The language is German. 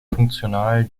funktional